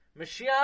Mashiach